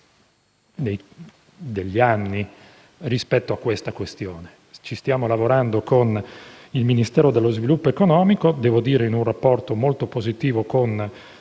negli anni rispetto a questa questione. Ci stiamo lavorando con il Ministero dello sviluppo economico e, devo dire in un rapporto molto positivo, con